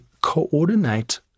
coordinate